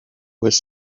with